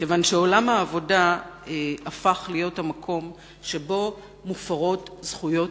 כיוון שעולם העבודה הפך להיות המקום הנידח שבו מופרות זכויות